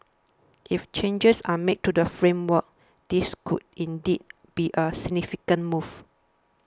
if changes are made to the framework this could indeed be a significant move